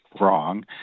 wrong